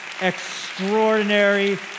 extraordinary